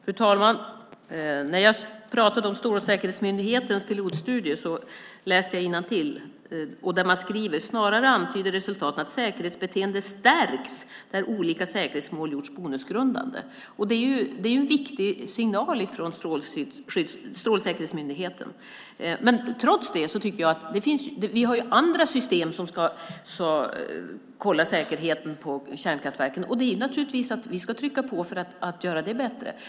Fru talman! När jag pratade om Strålsäkerhetsmyndighetens pilotstudie läste jag innantill. Man skriver att resultatet "snarare antyder att säkerhetsbeteende stärks där olika säkerhetsmål gjorts bonusgrundande". Det är en viktig signal från Strålsäkerhetsmyndigheten. Trots det har vi ju andra system som ska kolla säkerheten på kärnkraftverken, och vi ska naturligtvis trycka på för att göra det bättre.